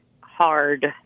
hard